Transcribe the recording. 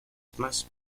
smash